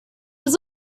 was